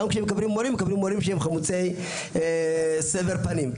כשמקבלים מורים הם חמוצי סבר פנים,